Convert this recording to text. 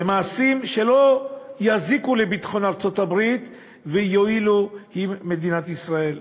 ומעשים שלא יזיקו לביטחון ארצות-הברית ויועילו למדינת ישראל.